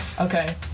Okay